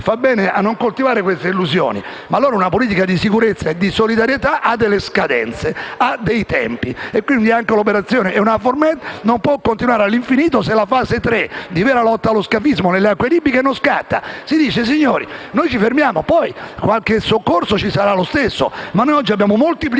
bene a non coltivare simili illusioni. Ma una politica di sicurezza e di solidarietà ha delle scadenze, dei tempi e, quindi, anche l'operazione EUNAVFOR MED non può continuare all'infinito se la fase 3, di vera lotta allo scafismo nelle acque libiche, non scatta. Si dice: signori, noi ci fermiamo, e poi qualche soccorso ci sarà lo stesso; ma noi oggi abbiamo moltiplicato